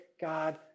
God